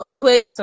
quick